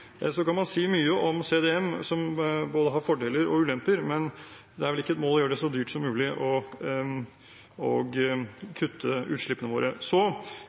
kan si mye om CDM, som har både fordeler og ulemper, men det er vel ikke et mål å gjøre det så dyrt som mulig å kutte utslippene våre.